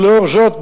ולאור זאת,